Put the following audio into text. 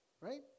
right